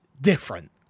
different